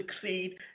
succeed